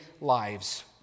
lives